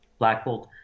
Blackbolt